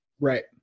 Right